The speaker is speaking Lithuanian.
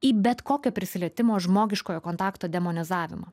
į bet kokio prisilietimo žmogiškojo kontakto demonizavimą